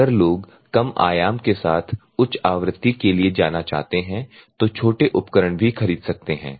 अगर लोग कम आयाम के साथ उच्च आवृत्ति के लिए जाना चाहते हैं तो छोटे उपकरण भी खरीद सकते हैं